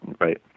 right